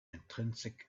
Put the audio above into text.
intrinsic